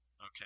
Okay